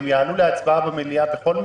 הן יעלו להצבעה במליאה בכל מקרה?